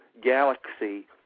galaxy